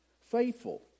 Faithful